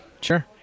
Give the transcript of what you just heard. Sure